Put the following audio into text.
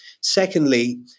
Secondly